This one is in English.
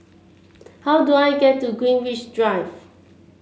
how do I get to Greenwich Drive